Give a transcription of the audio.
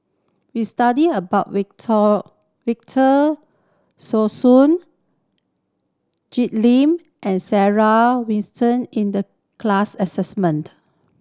we studied about Victor Sassoon Jig Lim and Sarah in the class assessment